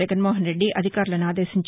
జగన్ మోహనరెడ్డి అధికారులను ఆదేశించారు